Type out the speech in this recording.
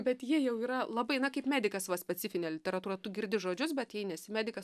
bet jie jau yra labai na kaip medikas va specifine literatūra tu girdi žodžius bet jei nesi medikas